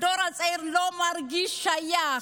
הדור הזה לא מרגיש שייך.